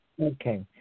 Okay